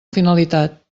finalitat